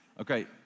Okay